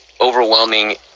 overwhelming